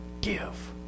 give